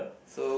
so